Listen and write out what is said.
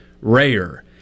rare